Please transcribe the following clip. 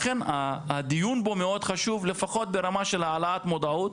לכן הדיון פה הוא מאוד חשוב לפחות ברמה של העלאת מודעות.